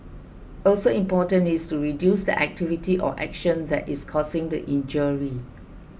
also important is to reduce the activity or action that is causing the injury